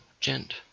Gent